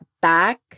back